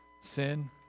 sin